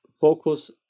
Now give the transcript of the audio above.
focus